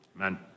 Amen